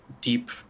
deep